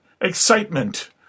Excitement